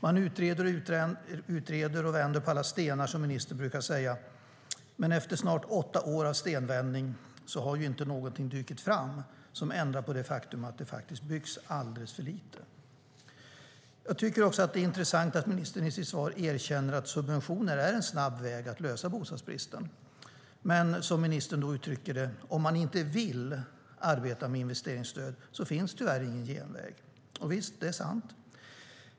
Man utreder och utreder och vänder på alla stenar, som ministern brukar säga. Men efter snart åtta år av stenvändning har det inte dykt upp något som ändrar på det faktum att det byggs alldeles för lite. Det är intressant att ministern i sitt svar också erkänner att subventioner är en snabb väg för att lösa bostadsbristen. Men, som ministern uttrycker det, om man inte vill arbeta med investeringsstöd finns det tyvärr ingen genväg. Visst, det är sant.